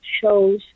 shows